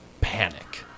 panic